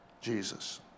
Jesus